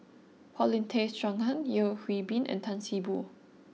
Paulin Tay Straughan Yeo Hwee Bin and Tan See Boo